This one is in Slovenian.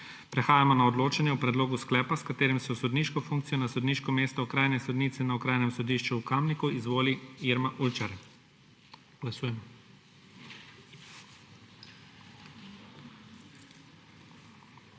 Prehajamo na odločanje o predlogu sklepa s katerim se v sodniško funkcijo na sodniško mesto okrajne sodnice na Okrajnem sodišču v Kamniku izvoli Irma Ulčar. Glasujemo.